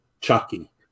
chucky